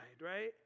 right